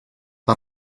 per